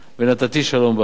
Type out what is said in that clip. ונתתי שלום בארץ",